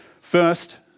First